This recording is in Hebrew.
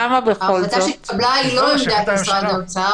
ההחלטה שהתקבלה היא לא עמדת משרד האוצר,